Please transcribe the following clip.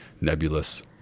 nebulous